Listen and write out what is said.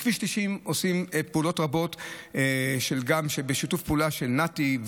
בכביש 90 עושים פעולות רבות בשיתוף פעולה של נת"י,